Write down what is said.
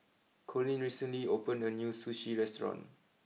Coleen recently opened a new Sushi restaurant